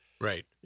Right